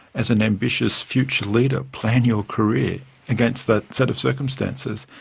as an ambitious future leader plan your career against that set of circumstances?